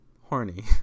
horny